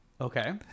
Okay